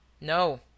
No